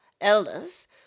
elders